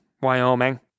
Wyoming